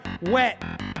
wet